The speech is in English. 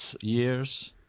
years